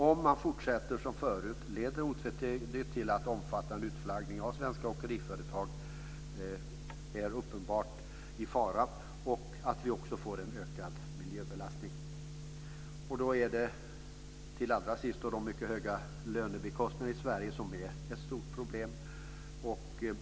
Om man fortsätter som förut leder det otvetydigt till en omfattande utflaggning av svenska åkeriföretag och en fara för att vi också får en ökad miljöbelastning. Det är de mycket höga lönebikostnaderna i Sverige som är ett stort problem.